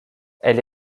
elle